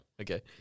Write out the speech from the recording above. Okay